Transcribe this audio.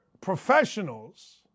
professionals